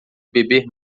beber